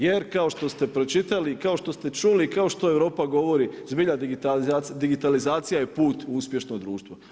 Jer kako što ste pročitali, kao što ste čuli, kao što Europa govori, zbilja digitalizacija je put uspješno društvo.